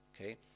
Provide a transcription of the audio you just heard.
okay